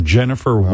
Jennifer